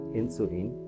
insulin